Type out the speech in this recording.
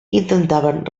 intentaven